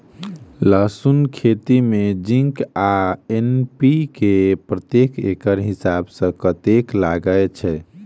लहसून खेती मे जिंक आ एन.पी.के प्रति एकड़ हिसाब सँ कतेक लागै छै?